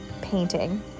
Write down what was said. painting